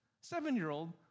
Seven-year-old